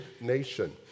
nation